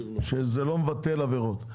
שזה לא מבטל עבירות.